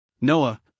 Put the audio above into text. Noah